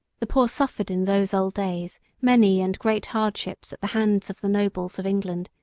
the poor suffered in those old days many and great hardships at the hands of the nobles of england,